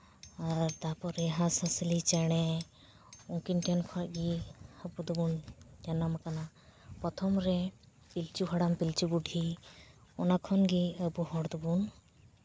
ᱟᱨ ᱛᱟᱨᱯᱚᱨᱮ ᱦᱟᱸᱥ ᱦᱟᱸᱥᱞᱤ ᱪᱮᱬᱮ ᱩᱱᱠᱤᱱ ᱴᱷᱮᱡ ᱠᱷᱚᱱ ᱜᱮ ᱟᱵᱚ ᱫᱚᱵᱚᱱ ᱡᱟᱱᱟᱢ ᱠᱟᱱᱟ ᱯᱨᱚᱛᱷᱚᱢ ᱨᱮ ᱯᱤᱞᱪᱩ ᱦᱟᱲᱟᱢ ᱯᱤᱞᱪᱩ ᱵᱩᱰᱷᱤ ᱚᱱᱟ ᱠᱷᱚᱱᱜᱮ ᱟᱵᱚ ᱦᱚᱲ ᱫᱚᱵᱚᱱ